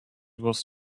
was